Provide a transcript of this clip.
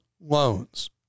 loans